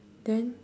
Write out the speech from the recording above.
then